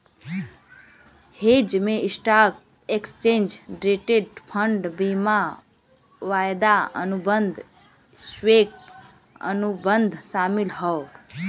hedge में stock, exchange traded fund, बीमा, वायदा अनुबंध, स्वैप, अनुबंध शामिल हौ